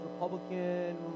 republican